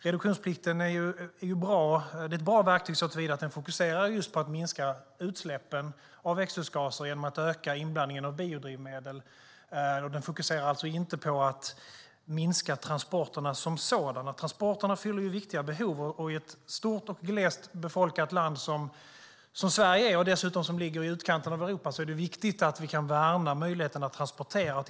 Reduktionsplikten är ett bra verktyg, såtillvida att fokus är på att utsläppen av växthusgaser ska minskas genom att man ska öka inblandningen av biodrivmedel. Fokus är alltså inte på att minska transporterna som sådana. Transporterna fyller viktiga behov. I ett stort och glest befolkat land som Sverige, som dessutom ligger i utkanten av Europa, är det viktigt att vi kan värna möjligheten att transportera.